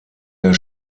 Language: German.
der